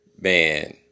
man